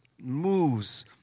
moves